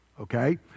okay